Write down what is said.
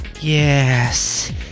yes